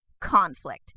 conflict